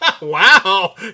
Wow